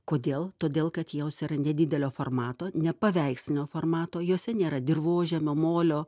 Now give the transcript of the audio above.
kodėl todėl kad jos yra nedidelio formato nepaveiksinio formato juose nėra dirvožemio molio